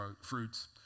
fruits